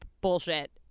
bullshit